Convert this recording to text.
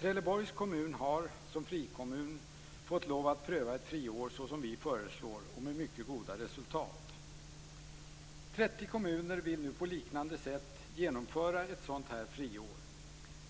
Trelleborg har som frikommun fått pröva ett friår såsom vi föreslår, med mycket goda resultat. 30 kommuner vill nu på liknande sätt genomföra ett sådant här friår.